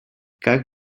как